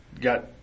got